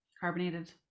Carbonated